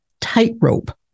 tightrope